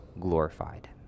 glorified